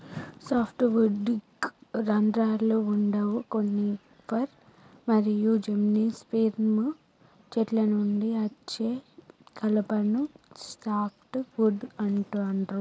soft వుడ్కి రంధ్రాలు వుండవు కోనిఫర్ మరియు జిమ్నోస్పెర్మ్ చెట్ల నుండి అచ్చే కలపను సాఫ్ట్ వుడ్ అంటుండ్రు